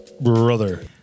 Brother